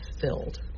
filled